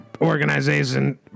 organization